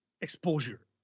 exposure